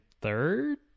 third